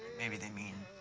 maybe they mean